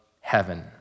heaven